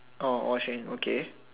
oh all sharing okay